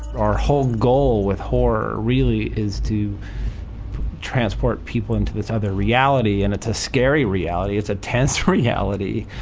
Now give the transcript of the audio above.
our whole goal with horror really is to transport people into this other reality, and it's a scary reality. it's a tense reality,